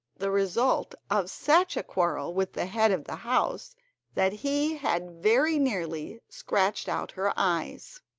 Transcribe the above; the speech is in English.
the result of such a quarrel with the head of the house that he had very nearly scratched out her eyes.